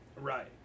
Right